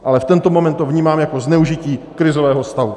Ale v tento moment to vnímám jako zneužití krizového stavu.